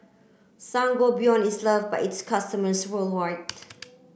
Sangobion is love by its customers worldwide